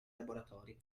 laboratori